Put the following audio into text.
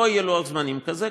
לא יהיה לוח זמנים כזה,